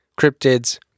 cryptids